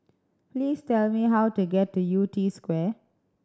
please tell me how to get to Yew Tee Square